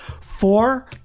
Four